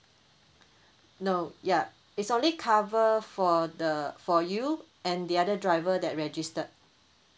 no ya it's only cover for the for you and the other driver that registered